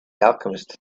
alchemist